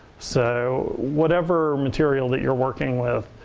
so whatever material that you're working with,